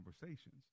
conversations